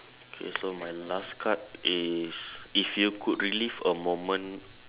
okay so my last card is if you could relive a moment